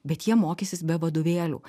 bet jie mokysis be vadovėlių